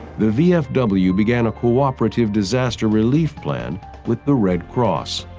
the vfw began a cooperative disaster relief plan with the red cross.